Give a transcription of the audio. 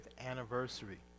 anniversary